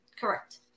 Correct